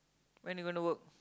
when you're going to work